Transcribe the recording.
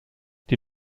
die